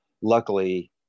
luckily